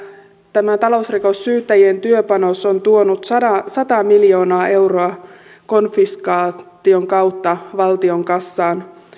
tämä talousrikossyyttäjien työpanos on tuonut sata miljoonaa euroa konfiskaation kautta valtion kassaan